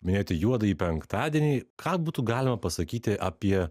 minėjote juodąjį penktadienį ką būtų galima pasakyti apie